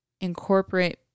incorporate